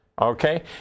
okay